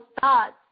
thoughts